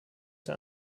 der